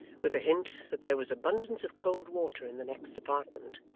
with a hint that there was abundance of cold water in the next apartment,